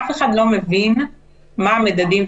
אף אחד לא מבין מה המדדים,